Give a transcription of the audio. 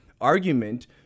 argument